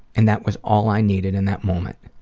and that was all i needed in that moment.